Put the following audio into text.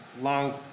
long